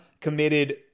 committed